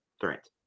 threat